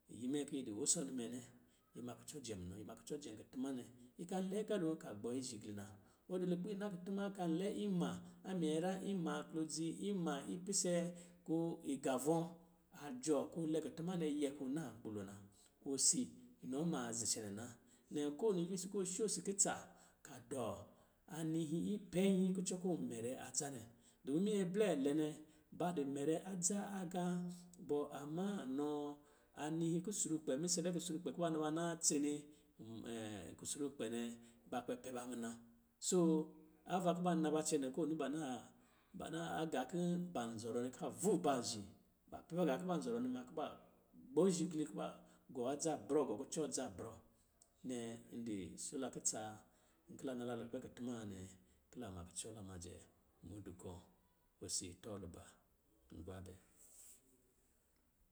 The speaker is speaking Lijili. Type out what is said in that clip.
Iyi minyɛ ki yi di wusɔ nimɛ nɛ, ima kucɔ jɛ munɔ, ima kucɔ jɛ kutuma nɛ. Yi ka lɛ agalo ka gbɔ yi ishigli na. Ɔ di lukpɛ ina kutuma, kalɛ ima a minyɛra, ima klodzi, ima ipise kɔ̄ igavɔ̄ a jɔɔ kɔ̄ ɔ lɛ kutuma nɛ yɛ kɔ̄ ɔ na nkpi lo na. Osi inɔ maa zi cɛnɛ na. Nnɛ ko wini visii kɔ sho si kutsa ka dɔ anihi ipɛnyi kucɔ kɔ̄ ɔ mɛrɛ adza nɛ. Dɔmin minyɛ blɛ lɛ nɛ, ba dɔ mɛrɛ adza agā bɔ, amma, nɔ anihi kusrukpɛ, misɛlɛ kusrukpɛ kuba na tsene kusurkpɛ nɛ, ba kpɛ pɛba muna. Soo, ava kuba na ba cɛnɛ ko ɔ ni ba na ba na gā kin ban zɔrɔ nɛ ka voba zhi. Ba pɛba gā kuba zɔrɔ nɛ ma kuba gbɔ ishigli, kuba gɔ adza brɔ, gɔ kucɔ dza brɔ. Nnɛ, n di sho la kutsa, n kila na la lukpɛ kutuma nwanɛ, ki la ma kucɔ la majɛ mudu kɔ. Osi tɔlugba. Ngwaabɛ.